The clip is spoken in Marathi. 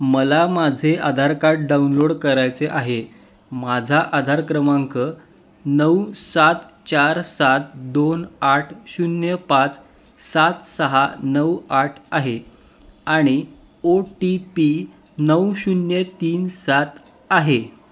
मला माझे आधार कार्ड डाउनलोड करायचे आहे माझा आधार क्रमांक नऊ सात चार सात दोन आठ शून्य पाच सात सहा नऊ आठ आहे आणि ओ टी पी नऊ शून्य तीन सात आहे